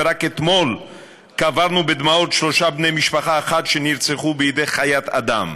ורק אתמול קברנו בדמעות שלושה בני משפחה אחת שנרצחו בידי חיית אדם.